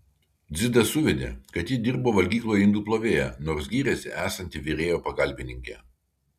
dzidas suvedė kai ji dirbo valgykloje indų plovėja nors gyrėsi esanti virėjo pagalbininkė